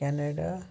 Canada